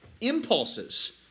impulses